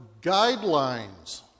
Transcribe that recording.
guidelines